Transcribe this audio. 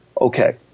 Okay